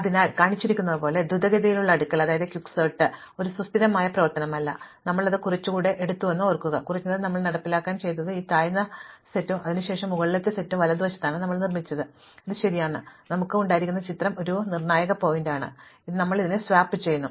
അതിനാൽ കാണിച്ചിരിക്കുന്നതുപോലെ ദ്രുതഗതിയിലുള്ള അടുക്കൽ ഒരു സുസ്ഥിരമായ പ്രവർത്തനമല്ല അതിനാൽ ഞങ്ങൾ അത് കുറച്ചുകൂടെ എടുത്തുവെന്ന് ഓർക്കുക കുറഞ്ഞത് ഞങ്ങളുടെ നടപ്പാക്കലിൽ ഞങ്ങൾ ചെയ്തത് ഈ താഴ്ന്ന സെറ്റും അതിനുശേഷം മുകളിലെ സെറ്റും വലതുവശത്താണ് ഞങ്ങൾ നിർമ്മിച്ചത് അതിനാൽ ഇത് ശരിയാണ് ഇതാണ് ഞങ്ങൾക്ക് ഉണ്ടായിരുന്ന ചിത്രം ഒടുവിൽ ഇത് നിർണായക പോയിന്റാണ് ഞങ്ങൾ ഈ സ്വാപ്പ് ചെയ്യുന്നു